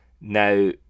Now